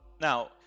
Now